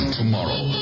tomorrow